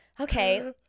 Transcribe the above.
okay